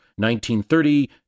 1930